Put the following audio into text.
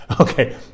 Okay